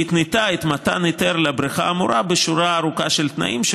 והתנתה את מתן ההיתר לבריכה האמורה בשורה ארוכה של תנאים,